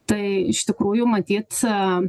tai iš tikrųjų matyt aaa